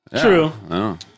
True